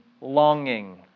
longing